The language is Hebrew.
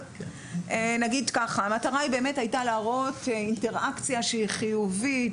המטרה הייתה להראות אינטראקציה חיובית